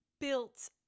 built